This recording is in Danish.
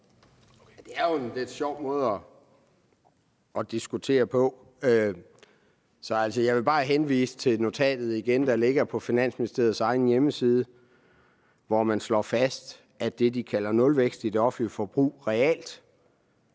Det er jo en lidt sjov måde at diskutere på. Så jeg vil bare igen henvise til notatet, der ligger på Finansministeriets egen hjemmeside, hvor man slår fast, at det, de kalder nulvækst i det offentlige forbrug – det